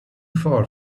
far